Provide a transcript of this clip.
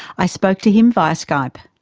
i spoke to him via skype.